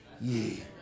ye